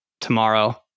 tomorrow